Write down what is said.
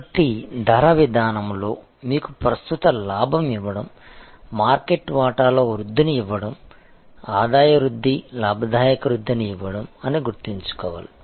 కాబట్టి ధర విధానంలో మీకు ప్రస్తుత లాభం ఇవ్వడం మార్కెట్ వాటాలో వృద్ధిని ఇవ్వడం ఆదాయ వృద్ధి లాభదాయక వృద్ధిని ఇవ్వడం అని గుర్తుంచుకోవాలి